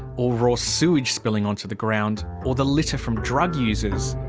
or raw sewage spilling onto the ground. or the litter from drug users.